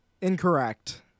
Incorrect